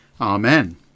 Amen